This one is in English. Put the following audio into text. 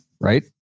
right